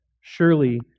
Surely